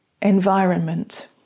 environment